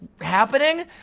happening